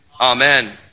Amen